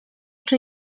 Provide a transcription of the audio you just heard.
czy